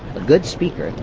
a good speaker,